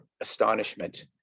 astonishment